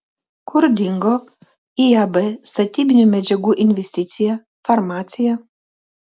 kur dingo iab statybinių medžiagų investicija farmacija